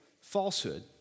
falsehood